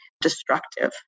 destructive